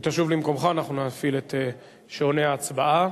כשתשוב למקומך אנחנו נפעיל את שעוני ההצבעה,